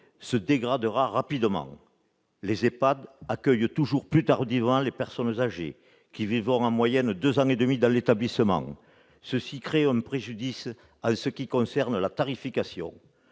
se dégradera rapidement. Les EHPAD accueillent toujours plus tardivement les personnes âgées, qui vivront en moyenne deux ans et demi dans l'établissement. Cela crée un préjudice en ce qui concerne la tarification.